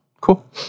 Cool